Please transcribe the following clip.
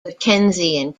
mckenzie